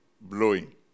blowing